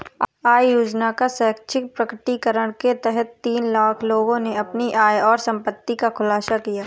आय योजना का स्वैच्छिक प्रकटीकरण के तहत तीन लाख लोगों ने अपनी आय और संपत्ति का खुलासा किया